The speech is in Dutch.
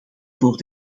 voor